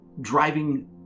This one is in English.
driving